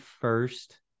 first